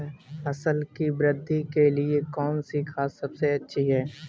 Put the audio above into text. फसल की वृद्धि के लिए कौनसी खाद सबसे अच्छी है?